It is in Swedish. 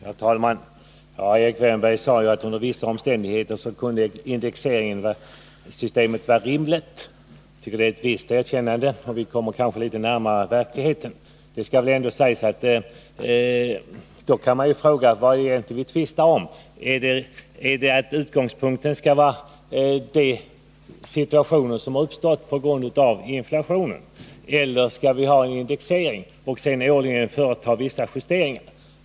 Herr talman! Erik Wärnberg sade att indexregleringssystemet under vissa omständigheter kunde vara rimligt. Jag tycker att det är ett visst erkännande, och vi har kanske nu kommit litet närmare verkligheten. Då kan man fråga sig vad det är vi egentligen tvistar om. Är utgångspunkten att vi skall utgå från den situation som uppstått på grund av inflationen eller skall vi ha en indexreglering och sedan årligen företa vissa justeringar?